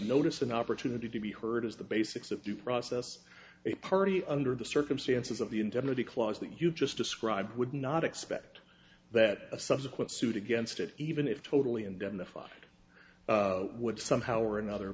notice an opportunity to be heard as the basics of due process a party under the circumstances of the indemnity clause that you just described would not expect that a subsequent suit against it even if totally indemnified would somehow or another